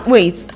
Wait